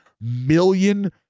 million